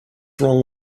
wrong